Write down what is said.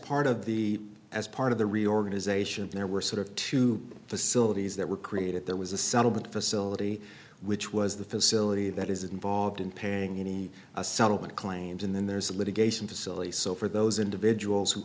part of the as part of the reorganization there were sort of two facilities that were created there was a settlement facility which was the facility that is involved in paying the settlement claims and then there's a litigation facility so for those individuals who